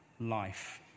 life